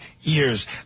years